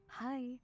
Hi